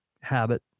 habit